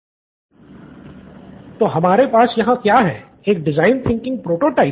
professor तो हमारे पास यहाँ क्या है एक डिज़ाइन थिंकिंग प्रोटोटाइप